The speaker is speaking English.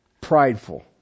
prideful